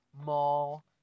mall